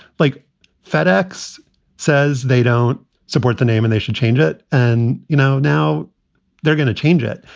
like fedex says, they don't support the name and they should change it. and, you know, now they're going to change it.